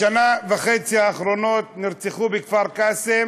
בשנה וחצי האחרונות נרצחו בכפר קאסם